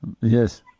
Yes